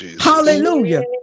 Hallelujah